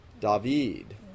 David